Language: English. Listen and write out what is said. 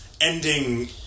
ending